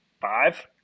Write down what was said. five